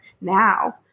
now